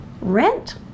rent